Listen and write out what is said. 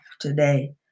today